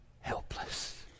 helpless